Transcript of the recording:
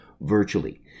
virtually